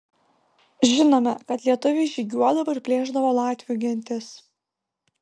žinome kad lietuviai žygiuodavo ir plėšdavo latvių gentis